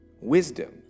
wisdom